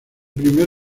primer